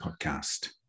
Podcast